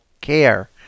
care